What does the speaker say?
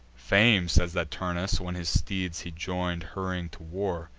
fame says that turnus, when his steeds he join'd, hurrying to war,